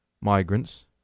migrants